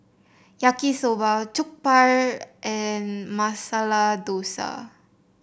Yaki Soba Jokbal and Masala Dosa